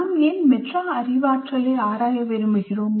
நாம் ஏன் மெட்டா அறிவாற்றலை ஆராய விரும்புகிறோம்